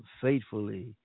faithfully